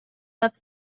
loves